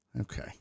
Okay